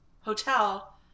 hotel